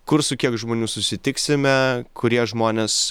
kur su kiek žmonių susitiksime kurie žmonės